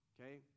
Okay